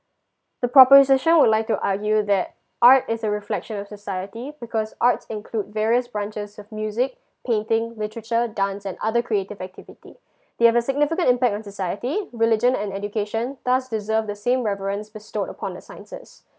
the proposition would like to argue that art is a reflection of society because arts include various branches of music painting literature dance and other creative activity they have a significant impact on society religion and education thus deserve the same reverence bestowed upon the sciences